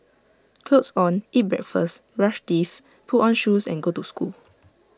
clothes on eat breakfast brush teeth put on shoes and go to school